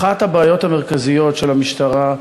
אחת הבעיות המרכזיות של המשטרה,